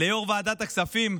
ליו"ר ועדת הכספים: